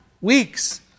Weeks